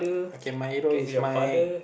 okay my hero is my